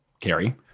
Carrie